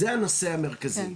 זה הנושא המרכזי,